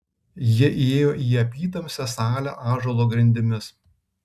jie įėjo į apytamsę salę ąžuolo grindimis